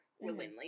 willingly